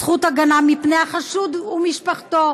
זכות הגנה מפני החשוד ומשפחתו.